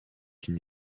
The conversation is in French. une